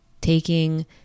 taking